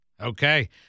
Okay